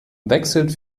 wechselt